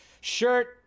shirt